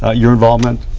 ah your involvement.